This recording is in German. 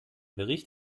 bericht